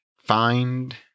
Find